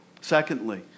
Secondly